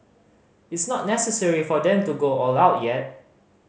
it's not necessary for them to go all out yet